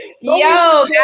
Yo